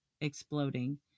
exploding